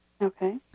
Okay